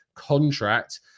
Contract